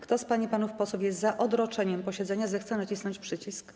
Kto z pań i panów posłów jest za odroczeniem posiedzenia, zechce nacisnąć przycisk.